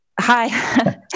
Hi